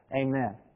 Amen